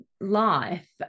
life